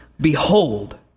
Behold